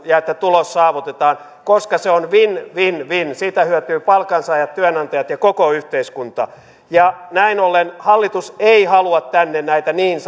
ja että tulos saavutetaan koska se on win win win siitä hyötyvät palkansaajat työnantajat ja koko yhteiskunta näin ollen hallitus ei halua tänne näitä niin